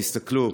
תסתכלו"